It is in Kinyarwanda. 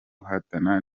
guhatana